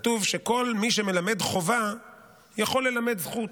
כל מי שמלמד חובה יכול ללמד זכות,